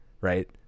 right